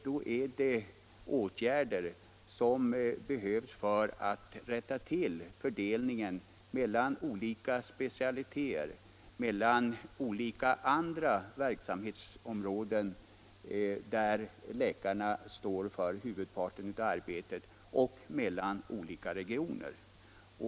Det som behövs är åtgärder för att rätta till fördelningen mellan olika specialiteter och mellan olika regioner.